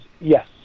yes